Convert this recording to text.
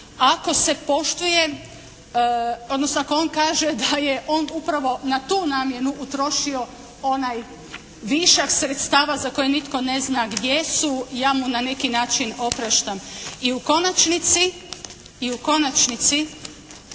Ako se poštuje, odnosno ako on kaže da je on upravo na tu namjenu utrošio onaj višak sredstava za koje nitko ne zna gdje su ja mu na neki način opraštam i u konačnici ja molim